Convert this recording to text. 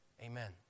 Amen